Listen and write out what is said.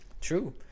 True